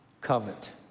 covet